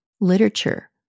literature